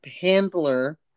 handler